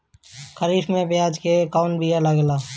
खरीफ में प्याज के कौन बीया लागेला?